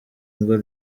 ngo